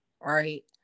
right